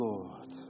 Lord